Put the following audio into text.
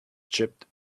chipped